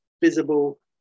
visible